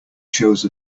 chose